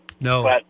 No